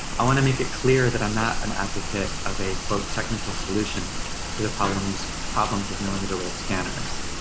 i wanna make it clear that i'm not an advocate of a technical solution to the problems problems with millimeter wave scanners.